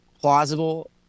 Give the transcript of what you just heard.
plausible